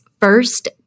first